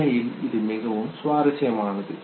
உண்மையில் இது மிகவும் சுவாரஸ்யமானது